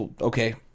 Okay